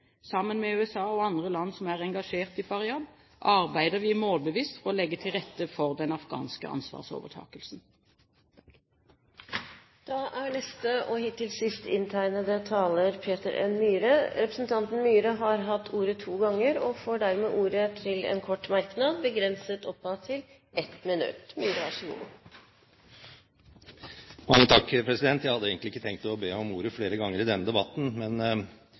Sammen med USA og andre land som er engasjert i Faryab, arbeider vi målbevisst med å legge til rette for den afghanske ansvarsovertakelsen. Representanten Peter N. Myhre har hatt ordet to ganger og får ordet til en kort merknad, begrenset til 1 minutt. Jeg hadde egentlig ikke tenkt å be om ordet flere ganger i denne debatten,